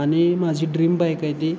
आणि माझी dream bike आहे ती